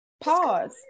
Pause